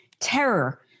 terror